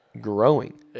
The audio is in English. growing